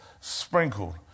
sprinkled